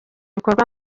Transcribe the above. ibikorwa